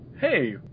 Hey